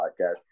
podcast